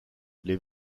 les